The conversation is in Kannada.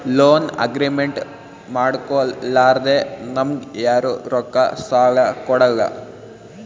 ಲೋನ್ ಅಗ್ರಿಮೆಂಟ್ ಮಾಡ್ಕೊಲಾರ್ದೆ ನಮ್ಗ್ ಯಾರು ರೊಕ್ಕಾ ಸಾಲ ಕೊಡಲ್ಲ